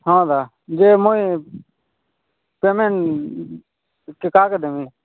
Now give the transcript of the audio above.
ହଁ ଦାଦା ଯେ ମୁଇଁ ପେମେଣ୍ଟ୍କେ କାହାକେ ଦେମି